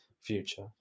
future